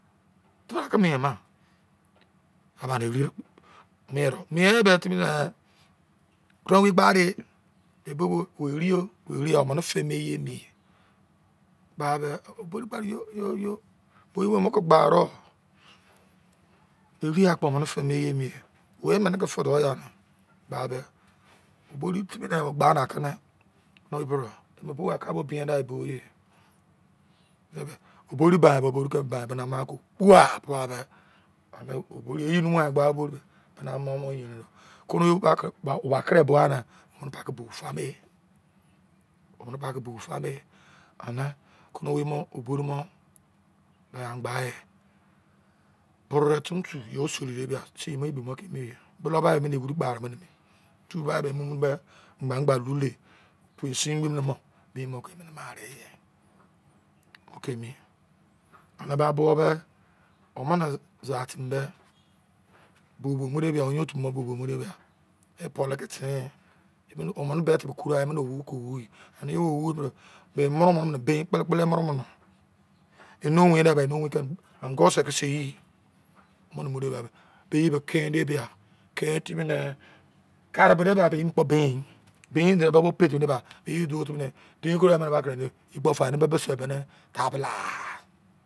Tebra ke mien ma ane areo me mein ben timi nee okonowei gba de ebo eriro eri one fe ma ye emi ba le oborri gba ne o yo bo iye bo wo mo ke gba ro eri kpo emene fe me emi ye oh mene ke fe do iya a ba be oborri timi ne gba na ke ne okonowei pre de emu bu a ka bo bene bo ye oborri bari bo be na ke kpu wa an ne iye numu ghan gba oborri ipina mo mo yerin do koro ba kere mu ne omene paike bi fa me a ane konowei mo obori me angbaye buroro ton ton yo seri de ba sei mo ebi mo ke emi ye bulou ba emi wiri kpo arẹ mene ye tu wa mo be magba lule pu msingbi mo be mo ke mene mo are ye mo ke emi ye ane ba bo me omene sai timi be bo bo mo de bia oyein otu mo bo bo mu de bia e pulo ke ten omene bẹ te be koroai emene owo ke owo ane iye owo bo de be moro moro be ne bein kpele kpele eno win ba eno win ongu se ke sei be iye be ken de bia ken timi emi kare bo de bain kpo bain emi bain de petimi ba don timi ne dein koro emene by kine ye kpo fuai ene be be se ta bala